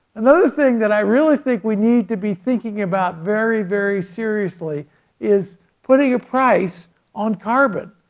another thing that i really think we need to be thinking about very very seriously is putting a price on carbon.